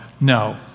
no